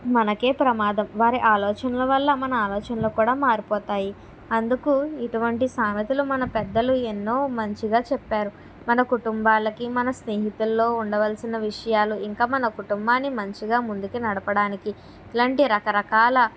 మనకు ప్రమాదం వారి ఆలోచనల వల్ల మన ఆలోచనలు కూడా మారిపోతాయి అందుకు ఇటువంటి సామెతలు మన పెద్దలు ఎన్నో మంచిగా చెప్పారు మన కుటుంబాలకి మన స్నేహితుల్లో ఉండవలసిన విషయాలు ఇంకా మన కుటుంబాన్ని మంచిగా ముందుకు నడపడానికి ఇలాంటి రకరకాల